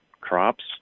crops